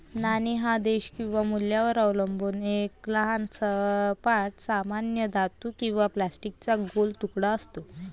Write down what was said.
नाणे हा देश किंवा मूल्यावर अवलंबून एक लहान सपाट, सामान्यतः धातू किंवा प्लास्टिकचा गोल तुकडा असतो